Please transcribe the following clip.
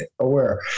aware